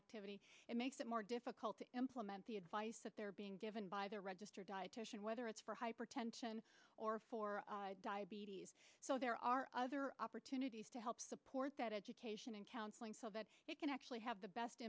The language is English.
activity it makes it more difficult to implement the advice that they're being given by their registered dietitian whether it's for hypertension or for diabetes so there are other opportunities to help support that education and counselling so that it can actually have the best